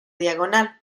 diagonal